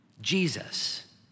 Jesus